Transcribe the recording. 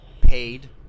paid